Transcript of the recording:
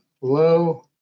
low